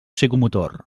psicomotor